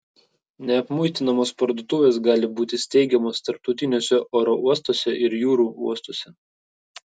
neapmuitinamos parduotuvės gali būti steigiamos tarptautiniuose oro uostuose ir jūrų uostuose